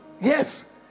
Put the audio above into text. yes